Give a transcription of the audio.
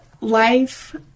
life